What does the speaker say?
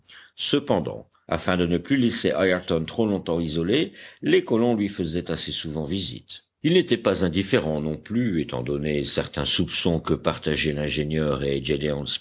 cependant afin de ne plus laisser ayrton trop longtemps isolé les colons lui faisaient assez souvent visite il n'était pas indifférent non plus étant donnés certains soupçons que partageaient l'ingénieur et